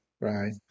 Right